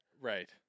Right